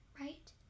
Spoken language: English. right